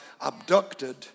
abducted